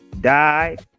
died